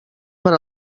per